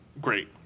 great